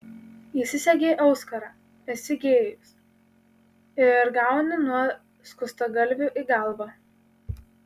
įsisegei auskarą esi gėjus ir gauni nuo skustagalvių į galvą